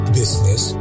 business